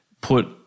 put